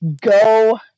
go